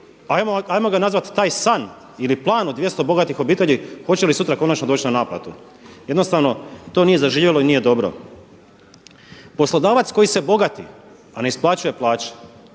hajmo ga nazvati taj san ili plan od 200 bogatih obitelji hoće li sutra konačno doći na naplatu. Jednostavno to nije zaživjelo i nije dobro. Poslodavac koji se bogati, a ne isplaćuje plaće,